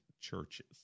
churches